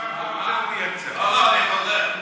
לא, לא, אני חוזר.